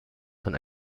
von